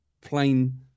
plain